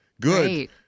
Good